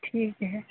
ٹھیک ہے